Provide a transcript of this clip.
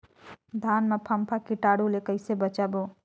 धान मां फम्फा कीटाणु ले कइसे बचाबो?